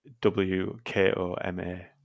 W-K-O-M-A